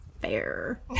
fair